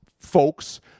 folks